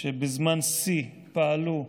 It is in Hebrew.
שבזמן שיא פעלו,